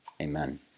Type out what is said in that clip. Amen